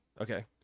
okay